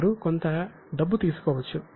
వారు కొంత డబ్బు తీసుకోవచ్చు